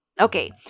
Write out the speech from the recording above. Okay